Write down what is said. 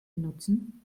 benutzen